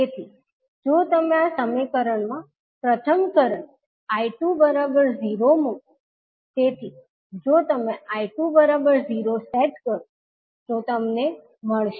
તેથી જો તમે આ સમીકરણ માં પ્રથમ કરંટ I20 મૂકો તેથી જો તમે I20 સેટ કરો તો તમને Z11V1I1ફ Z21V2I1 મળશે